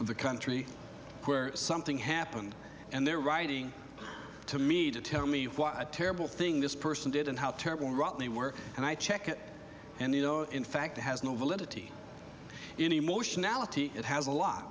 of the country where something happened and they're writing to me to tell me what a terrible thing this person did and how terrible they were and i check it and you know in fact it has no validity in emotion ality it has a lot